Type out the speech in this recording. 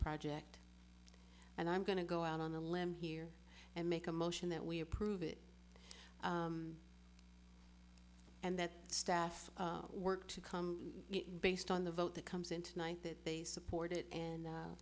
project and i'm going to go out on a limb here and make a motion that we approve it and that staff work to come based on the vote that comes into night that they support it and